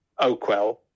Oakwell